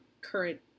current